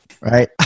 right